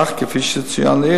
אך כפי שצוין לעיל,